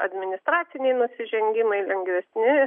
administraciniai nusižengimai lengvesni